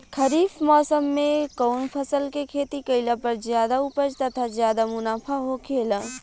खरीफ़ मौसम में कउन फसल के खेती कइला पर ज्यादा उपज तथा ज्यादा मुनाफा होखेला?